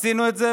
עשינו את זה,